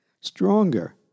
stronger